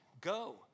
go